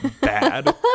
bad